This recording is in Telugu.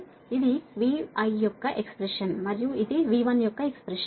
కాబట్టి ఇది V1 యొక్క ఎక్స్ప్రెషన్ మరియు ఇది V2 t x యొక్క ఎక్స్ప్రెషన్